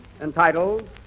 entitled